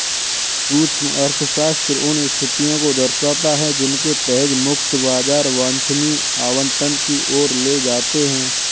सूक्ष्म अर्थशास्त्र उन स्थितियों को दर्शाता है जिनके तहत मुक्त बाजार वांछनीय आवंटन की ओर ले जाते हैं